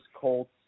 Colts